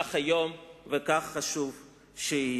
כך היום, וכך חשוב שיהיה.